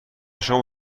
شما